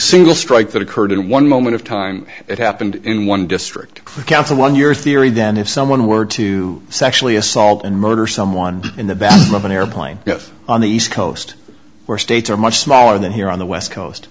single strike that occurred in one moment of time it happened in one district council one your theory then if someone were to sexually assault and murder someone in the back of an airplane on the east coast where states are much smaller than here on the west coast